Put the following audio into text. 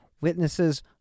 Witnesses